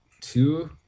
two